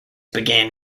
began